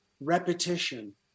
repetition